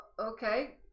Okay